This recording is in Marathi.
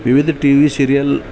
विविध टी व्ही सिरियल